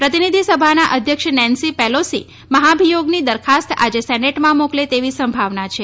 પ્રતિનિધીસભાના અધ્યક્ષ Nancy Pelosi મહાભિયોગની દરખાસ્ત આજે સેનેટમાં મોકલે તેવી સંભાવના છે